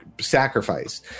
sacrifice